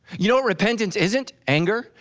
you know repentance isn't anger,